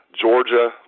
Georgia